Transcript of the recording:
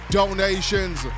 donations